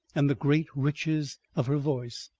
and the great riches of her voice,